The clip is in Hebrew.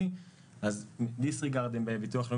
מה שהתכוונה היושבת-ראש,